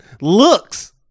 looks